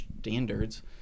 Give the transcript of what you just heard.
standards